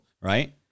right